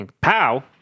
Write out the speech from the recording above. pow